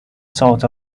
sort